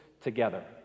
together